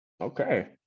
okay